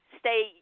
stay